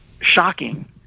shocking